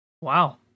wow